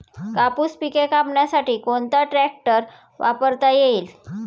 कापूस पिके कापण्यासाठी कोणता ट्रॅक्टर वापरता येईल?